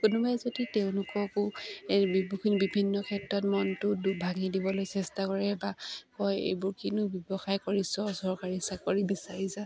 কোনোবাই যদি তেওঁলোককো বিভিন্ন ক্ষেত্ৰত মনটো ভাঙি দিবলৈ চেষ্টা কৰে বা কয় এইবোৰ কিনো ব্যৱসায় কৰি চৰকাৰী চাকৰি বিচাৰি যা